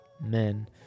men